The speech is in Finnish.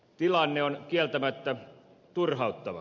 tilanne on kieltämättä turhauttava